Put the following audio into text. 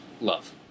love